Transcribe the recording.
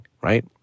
right